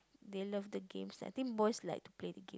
they love the games I think boys like to play the game